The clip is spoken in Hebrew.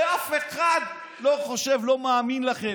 הרי אף אחד לא חושב, לא מאמין לכם.